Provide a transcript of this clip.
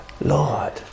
Lord